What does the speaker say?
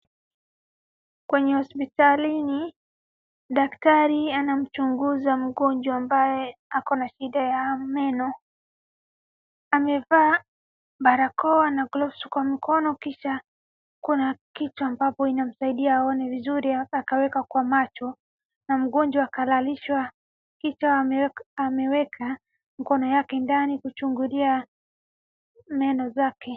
Kwenye hospitalini, daktari anamchunguza mgonjwa ambaye ako na shida ya meno. Amevaa barakoa na gloves kwa mkono kisha kuna kicha ambayo inamsaidia aone vizuri akaiweka kwa macho. Na mgonjwa akalalishwa kisha amewekw, ameweka mkono yake ndani kuchungulia meno zake.